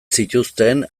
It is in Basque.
zituzten